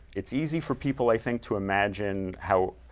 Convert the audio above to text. it's easy for people, i think, to imagine how